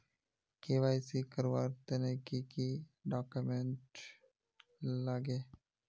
KYC करवार तने की की डॉक्यूमेंट लागे?